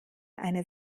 eine